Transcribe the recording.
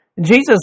Jesus